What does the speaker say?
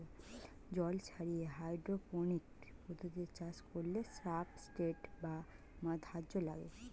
জল ছাড়িয়ে হাইড্রোপনিক্স পদ্ধতিতে চাষ করতে সাবস্ট্রেট বা ধাত্র লাগে